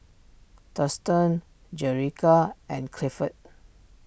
Thurston Jerica and Clifford